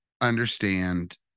understand